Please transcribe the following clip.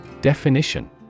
Definition